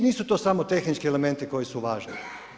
Nisu to samo tehnički elementi koji su važni.